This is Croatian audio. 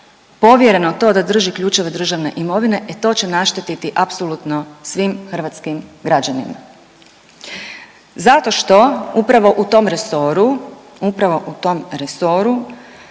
povjereno to da drži ključeve države imovine, e to će naštetiti apsolutno svim hrvatskim građanima zato što upravo u tom resoru, upravo u tom resoru